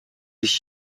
ich